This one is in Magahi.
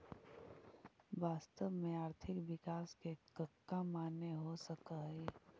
वास्तव में आर्थिक विकास के कका माने हो सकऽ हइ?